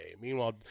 Meanwhile